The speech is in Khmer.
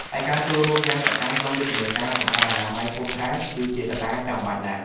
ឯការចូលរួមយ៉ាងសកម្មក្នុងយុទ្ធនាការសម្អាតអនាម័យភូមិឋាន គឺជាកត្តាចាំបាច់ណាស់។